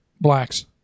Blacks